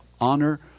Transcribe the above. honor